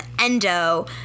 Endo